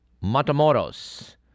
Matamoros